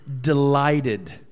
delighted